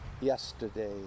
yesterday